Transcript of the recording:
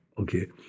okay